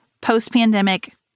post-pandemic